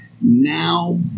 now